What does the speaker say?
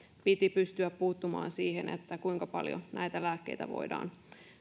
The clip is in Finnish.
piti pystyä puuttumaan siihen kuinka paljon näitä lääkkeitä voidaan